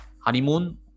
honeymoon